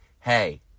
Hey